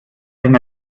wenn